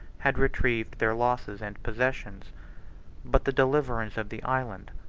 had retrieved their losses and possessions but the deliverance of the island,